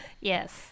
Yes